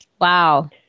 Wow